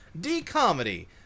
D-Comedy